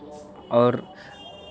आओर